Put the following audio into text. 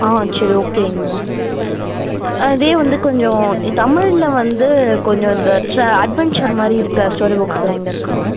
ஆ சரி ஓகேங்க அதே வந்து கொஞ்சம் தமிழில் வந்து கொஞ்சம் இந்த அட்வென்ச்சர் மாதிரி இருக்க ஸ்டோரி புக்ஸ்லாம் எங்கே இருக்கும்ங்க